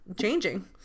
changing